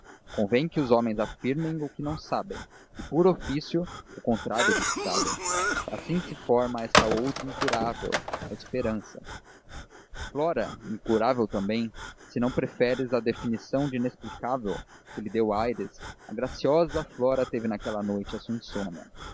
convém que os homens afirmem o que não sabem e por ofício o contrário do que sabem assim se forma esta outra incurável a esperança flora incurável também se não preferes a definição de inexplicável que lhe deu aires a graciosa flora teve naquela noite a sua insônia